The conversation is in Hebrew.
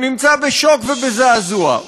הוא נמצא בשוק ובזעזוע,